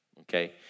Okay